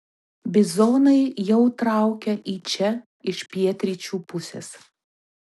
bizonai jau traukia į čia iš pietryčių pusės